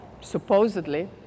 supposedly